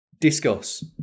discuss